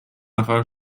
نفر